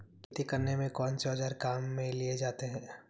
खेती करने में कौनसे औज़ार काम में लिए जाते हैं?